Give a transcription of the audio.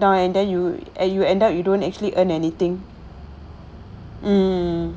ah and then you and you end up you don't actually earn anything mm